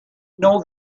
know